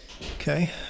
Okay